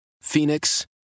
Phoenix